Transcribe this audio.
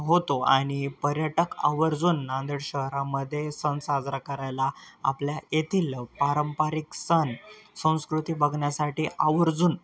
होतो आणि पर्यटक आवर्जून नांदेड शहरामध्ये सण साजरा करायला आपल्या येथील पारंपरिक सण संस्कृती बघण्यासाठी आवर्जून